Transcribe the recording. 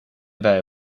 wij